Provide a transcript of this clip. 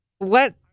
Let